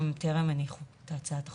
הן טרם הניחו את הצעת החוק.